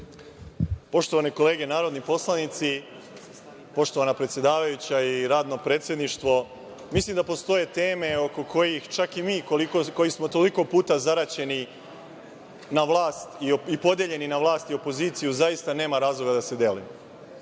Poštovane kolege narodni poslanici, poštovana predsedavajuća i radno predsedništvo, mislim da postoje teme oko kojih čak i mi koji smo toliko puta zaraćeni i podeljeni na vlast i opoziciju, zaista nema razloga da se delimo. Evo